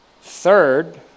third